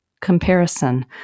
comparison